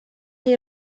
chi